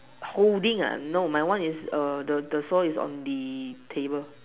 holding ah no my one is err the the floor is on the table